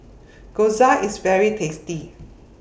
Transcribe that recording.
Gyoza IS very tasty